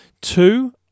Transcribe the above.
Two